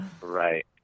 Right